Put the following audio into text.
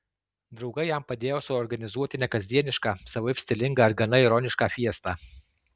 draugai jam padėjo suorganizuoti nekasdienišką savaip stilingą ir gana ironišką fiestą